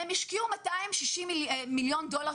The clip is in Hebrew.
השקיעו 260 מיליון דולר,